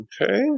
Okay